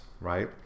right